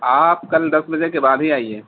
آپ کل دس بجے کے بعد ہی آئیے